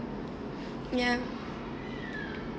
ya